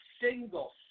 single